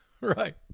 Right